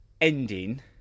ending